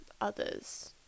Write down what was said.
others